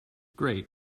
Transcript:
great